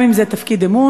גם אם זה תפקיד אמון,